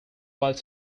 while